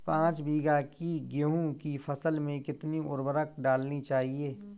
पाँच बीघा की गेहूँ की फसल में कितनी उर्वरक डालनी चाहिए?